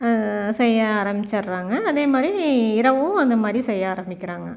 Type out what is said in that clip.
செய்ய ஆரமிச்சுர்றாங்க அதே மாதிரி இரவும் அந்த மாதிரி செய்ய ஆரமிக்கிறாங்க